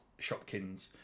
Shopkins